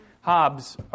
Hobbes